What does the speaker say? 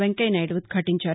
వెంకయ్యనాయుడు ఉద్ఘాటించారు